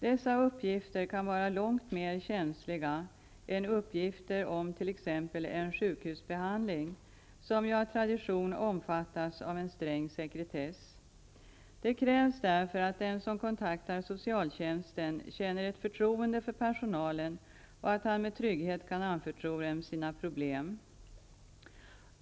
Dessa uppgifter kan vara långt mer känsliga än uppgifter om t.ex. en sjukhusbehandling, som ju av tradition omfattas av en sträng sekretess. Det krävs därför att den som kontaktar socialtjänsten känner ett förtroende för personalen och att han med trygghet kan anförtro dem sina problem.